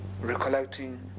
recollecting